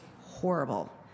horrible